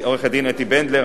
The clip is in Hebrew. עורכת-הדין אתי בנדלר,